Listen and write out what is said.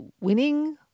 winning